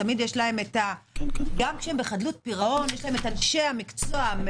גם כשהם בחדלות פירעון, יש להם אנשי המקצוע.